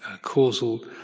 causal